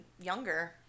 younger